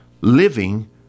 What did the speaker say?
living